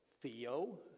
Theo